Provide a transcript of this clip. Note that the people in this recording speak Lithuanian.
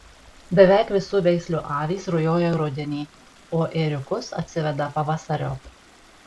beveik visų veislių avys rujoja rudenį o ėriukus atsiveda pavasariop